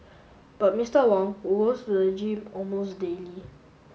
but Mister Wong who goes to the gym almost daily